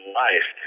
life